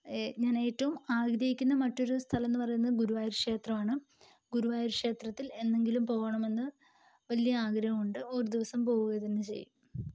ഏ ഞാനേറ്റവും ആഗ്രഹിക്കുന്ന മറ്റൊര് സ്ഥലമെന്ന് പറയുന്നത് ഗുരുവായൂർ ക്ഷേത്രവാണ് ഗുരുവായൂർ ക്ഷേത്രത്തിൽ എന്നെങ്കിലും പോകണമെന്ന് വലിയ ആഗ്രഹമുണ്ട് ഒരു ദിവസം പോവുക തന്നെ ചെയ്യും